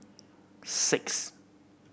six